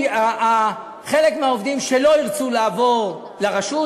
חלק מהעובדים לא ירצו לעבור לרשות,